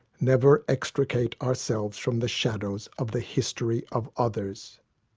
never extricate ourselves from the shadows of the history of others.